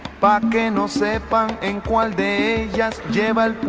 back and i'll say it. but and one day just jam a.